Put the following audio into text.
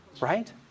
Right